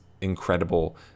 incredible